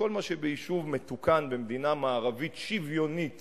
לכל מה שביישוב מתוקן במדינה מערבית שוויונית